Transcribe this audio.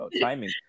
timing